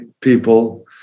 people